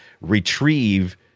retrieve